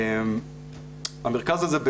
המרכז הזה,